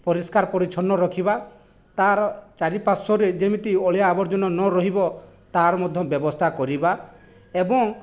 ପରିଷ୍କାର ପରିଚ୍ଛନ୍ନ ରଖିବା ତା'ର ଚାରିପାର୍ଶ୍ୱରେ ଯେମିତି ଅଳିଆ ଆବର୍ଜନା ନ ରହିବ ତା'ର ମଧ୍ୟ ବ୍ୟବସ୍ଥା କରିବା ଏବଂ